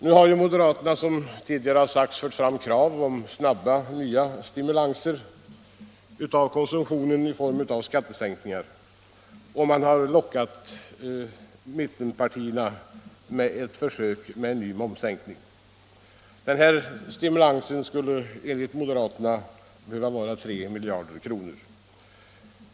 Nu har moderaterna fört fram krav på nya och snabba stimulanser av konsumtionen i form av skattesänkningar, och man har lockat mittenpartierna med ett försök med en ny momssänkning. Denna stimulans skulle enligt moderaterna behöva röra sig om 3 miljarder.